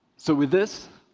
so with this,